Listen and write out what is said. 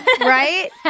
Right